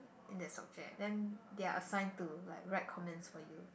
in that subject then they are assigned to like write comments for you